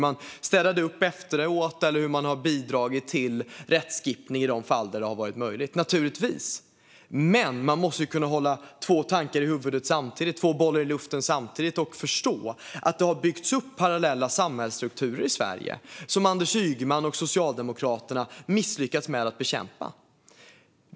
De städade upp efteråt och har bidragit till rättskipning i de fall där det har varit möjligt. Naturligtvis är det så. Men man måste kunna hålla två tankar i huvudet och två bollar i luften samtidigt och förstå att parallella samhällsstrukturer har byggts upp i Sverige, som Anders Ygeman och Socialdemokraterna har misslyckats med att bekämpa.